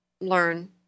learn